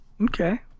Okay